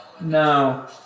No